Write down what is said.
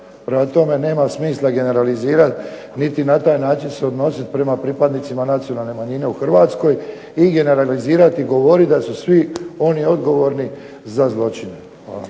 Prema tome, nema smisla generalizirat niti na taj način se odnosit prema pripadnicima nacionalne manjine u Hrvatskoj i generalizirat i govorit da su svi oni odgovorni za zločine.